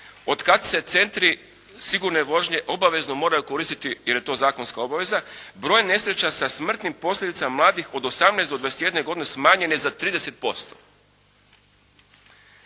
od kad se centri sigurne vožnje obavezno moraju koristiti jer je to zakonska obaveza broj nesreća sa smrtnim posljedicama mladih od 18 do 21 godine smanjen je za 30%.